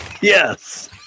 Yes